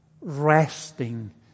Resting